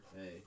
Hey